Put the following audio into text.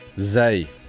Zay